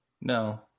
No